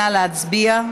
נא להצביע.